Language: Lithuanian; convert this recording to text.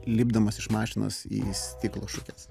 lipdamas iš mašinos į stiklo šukes